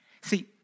See